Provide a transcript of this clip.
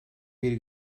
bir